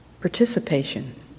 Participation